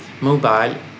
mobile